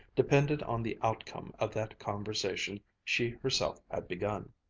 depended on the outcome of that conversation she herself had begun.